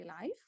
life